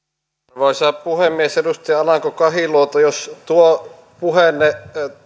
arvoisa puhemies edustaja alanko kahiluoto jos tuo puheenne